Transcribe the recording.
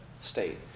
state